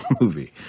movie